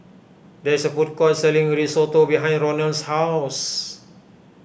there is a food court selling Risotto behind Ronal's house